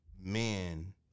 men